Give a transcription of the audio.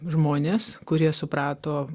žmones kurie suprato